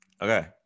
Okay